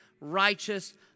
righteous